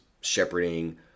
shepherding